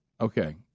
okay